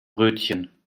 brötchen